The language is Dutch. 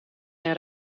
geen